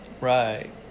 Right